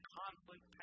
conflict